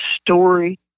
story